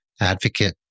advocate